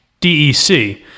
DEC